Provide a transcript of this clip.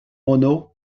monod